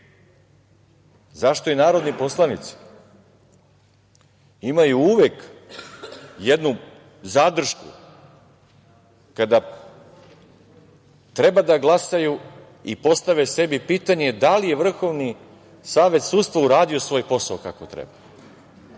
Zašto i narodni poslanici imaju uvek jednu zadršku kada treba da glasaju i postave sebi pitanje da li je Vrhovni savet sudstva uradio svoj posao kako treba?